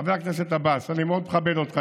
חבר הכנסת עבאס, אני מאוד מכבד אותך.